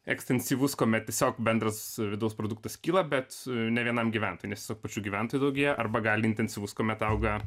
ekstensyvus kuomet tiesiog bendras vidaus produktas kyla bet ne vienam gyventojui nes tiesiog pačių gyventojų daugėja arba gali intensyvus kuomet auga